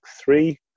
three